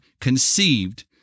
conceived